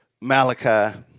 Malachi